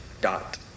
Dot